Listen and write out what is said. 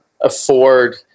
afford